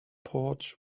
porch